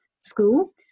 school